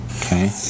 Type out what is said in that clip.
Okay